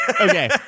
Okay